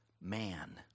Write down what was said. man